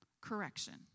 correction